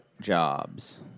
Jobs